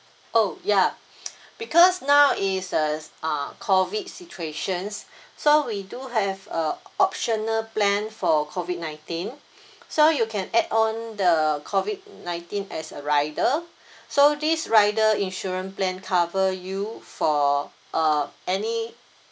oh ya because now is a uh COVID situations so we do have a optional plan for COVID nineteen so you can add on the COVID nineteen as a rider so this rider insurance plan cover you for uh any